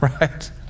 right